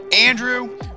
Andrew